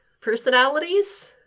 personalities